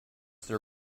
their